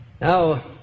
Now